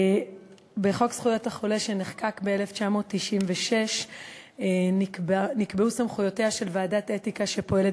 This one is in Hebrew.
בחוק זכויות החולה שנחקק ב-1996 נקבעו סמכויותיה של ועדת אתיקה שפועלת